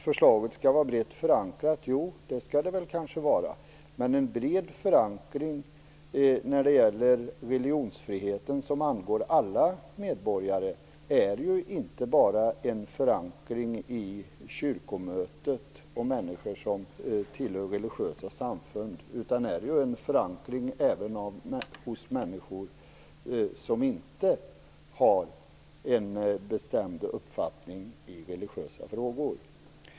Förslaget skall vara brett förankrat, men en bred förankring när det gäller religionsfriheten som angår alla medborgare innebär inte bara en förankring hos kyrkomötet bland människor som tillhör religiösa samfund, utan det skall förankras även hos människor som inte har en bestämd uppfattning i religiösa frågor.